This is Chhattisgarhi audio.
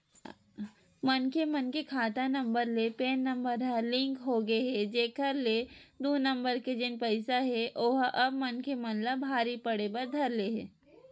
मनखे मन के खाता नंबर ले पेन नंबर ह लिंक होगे हे जेखर ले दू नंबर के जेन पइसा हे ओहा अब मनखे मन ला भारी पड़े बर धर ले हे